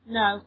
no